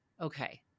okay